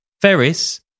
Ferris